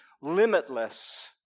limitless